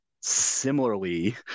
similarly